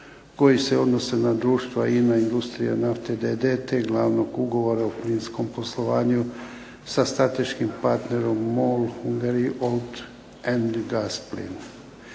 koji se odnose na društva INA-industrija nafte d.d. te glavnog ugovora o plinskom poslovanju sa strateškim partnerom MOL Hungarian Oil And Gas